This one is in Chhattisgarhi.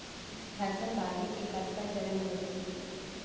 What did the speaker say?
फसल बाढ़े के कतका चरण होथे?